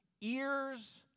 Ears